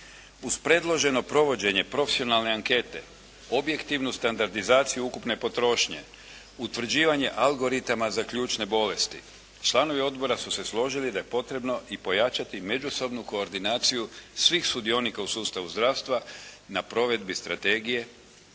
Uz predloženo provođenje profesionalne ankete objektivnu standardizaciju ukupne potrošnje, utvrđivanje algoritama za ključne bolesti, članovi odbora su se složili da je potrebno i pojačati međusobnu koordinaciju svih sudionika u sustavu zdravstva na provedbi strategije